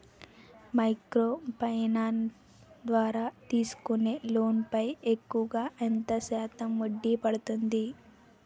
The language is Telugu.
మైక్రో ఫైనాన్స్ ద్వారా తీసుకునే లోన్ పై ఎక్కువుగా ఎంత శాతం వడ్డీ పడుతుంది?